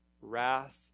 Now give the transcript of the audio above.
wrath